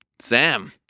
Sam